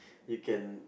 you can